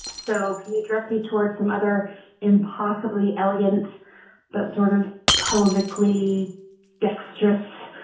so can you trust me towards some other impossibly elegance that sort of poetically dexterous